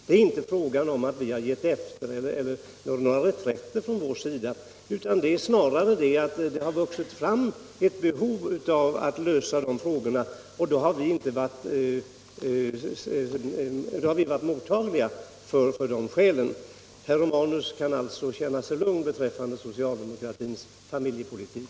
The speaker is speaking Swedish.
Det är inte fråga om att vi har givit efter Familjepolitiken eller gjort några reträtter, utan det är snarare så att det har vuxit fram ett behov av att lösa de frågorna, och då har vi varit mottagliga för de skälen. Herr Romanus kan alltså i fortsättningen känna sig lugn när det gäller socialdemokratins familjepolitik.